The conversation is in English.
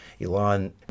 Elon